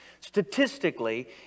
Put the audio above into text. Statistically